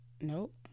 nope